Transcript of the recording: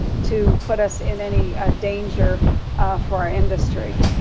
to put us in any danger for our industry.